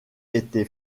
été